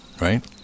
right